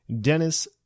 Dennis